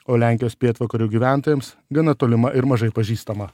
o lenkijos pietvakarių gyventojams gana tolima ir mažai pažįstama